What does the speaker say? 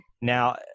Now